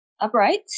upright